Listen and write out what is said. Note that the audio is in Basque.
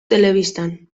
telebistan